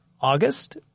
August